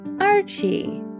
Archie